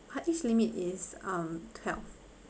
part age limit is um twelve